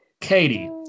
Katie